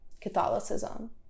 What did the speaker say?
Catholicism